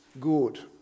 good